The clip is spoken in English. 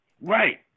Right